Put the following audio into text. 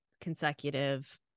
consecutive